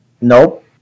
Nope